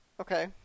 Okay